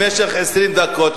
במשך 20 דקות,